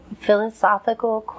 philosophical